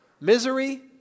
Misery